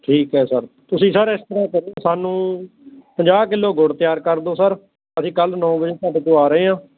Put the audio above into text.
ਠੀਕ ਹੈ ਸਰ ਤੁਸੀਂ ਸਰ ਇਸ ਤਰ੍ਹਾਂ ਕਰਿਓ ਸਾਨੂੰ ਪੰਜਾਹ ਕਿਲੋ ਗੁੜ ਤਿਆਰ ਕਰ ਦਿਓ ਸਰ ਅਸੀਂ ਕੱਲ੍ਹ ਨੌਂ ਵਜੇ ਤੁਹਾਡੇ ਕੋਲ ਆ ਰਹੇ ਹਾਂ